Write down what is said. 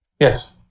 Yes